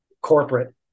corporate